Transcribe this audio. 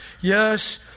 Yes